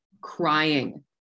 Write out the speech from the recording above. crying